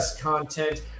content